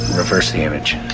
reverse the image